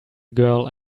girl